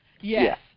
Yes